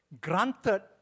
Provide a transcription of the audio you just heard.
granted